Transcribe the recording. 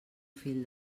fil